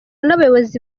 n’abayobozi